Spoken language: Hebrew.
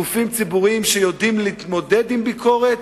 גופים ציבוריים שיודעים להתמודד עם ביקורת,